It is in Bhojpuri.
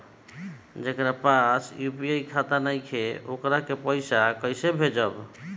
जेकरा पास यू.पी.आई खाता नाईखे वोकरा के पईसा कईसे भेजब?